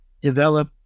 develop